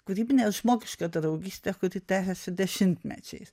kūrybinė žmogiška draugystė kuri tęsėsi dešimtmečiais